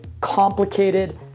complicated